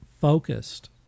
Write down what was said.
focused